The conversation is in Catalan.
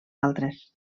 altres